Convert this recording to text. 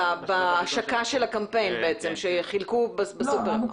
ההשקה של הקמפיין, שחילקו בסופרים.